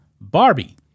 Barbie